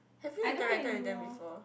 have you interacted with them before